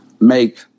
make